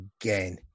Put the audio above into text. again